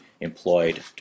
employed